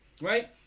Right